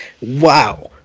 Wow